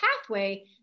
pathway